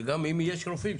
שגם אם יש רופאים,